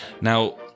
Now